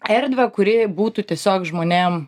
erdvę kuri būtų tiesiog žmonėm